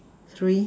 three